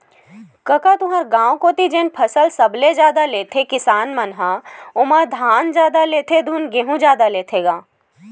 कका तुँहर गाँव कोती जेन फसल सबले जादा लेथे किसान मन ह ओमा धान जादा लेथे धुन गहूँ जादा लेथे गा?